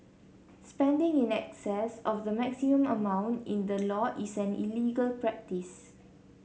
spending in excess of the maximum amount in the law is an illegal practice